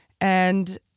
and-